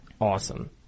awesome